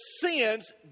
sins